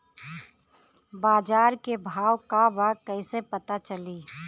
बाजार के भाव का बा कईसे पता चली?